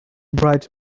bright